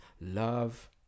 love